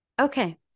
Okay